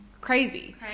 crazy